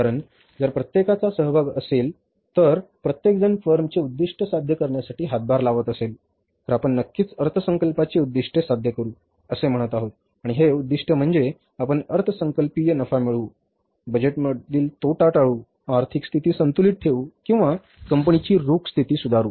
कारण जर प्रत्येकाचा सहभाग असेल तर प्रत्येकजण फर्मचे उद्दिष्ट साध्य करण्यासाठी हातभार लावत असेल तर आपण नक्कीच अर्थसंकल्पाची उद्दीष्टे साध्य करू असे म्हणत आहोत आणि हे उद्दिष्ट म्हणजे आपण अर्थसंकल्पीय नफा मिळवू बजेटमधील तोटा टाळू आर्थिक स्थिती संतुलित ठेवू किंवा कंपनीची रोख स्थिती सुधारू